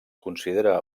considera